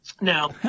Now